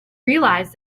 realized